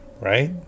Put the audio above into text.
right